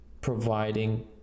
providing